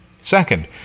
Second